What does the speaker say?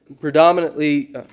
predominantly